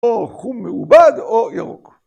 ‫או חום מעובד או ירוק.